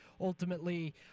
Ultimately